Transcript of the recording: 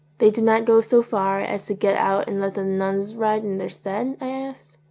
they do not go so far as to get out and let the nuns ride in their stead? i asked.